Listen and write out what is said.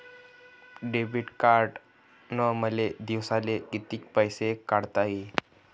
Debit कार्डनं मले दिवसाले कितीक पैसे काढता येईन?